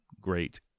great